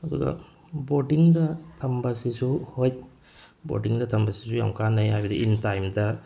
ꯑꯗꯨꯒ ꯕꯣꯔꯗꯤꯡꯗ ꯊꯝꯕꯁꯤꯁꯨ ꯍꯣꯏ ꯕꯣꯔꯗꯤꯡꯗ ꯊꯝꯕꯁꯤꯁꯨ ꯌꯥꯝ ꯍꯥꯏꯕꯗꯤ ꯏꯟ ꯇꯥꯏꯝꯗ